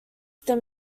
them